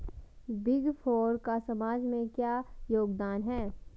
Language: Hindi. बिग फोर का समाज में क्या योगदान है?